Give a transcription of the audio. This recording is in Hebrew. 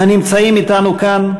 הנמצאים אתנו כאן,